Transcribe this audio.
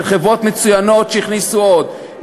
של חברות מצוינות שהכניסו עוד,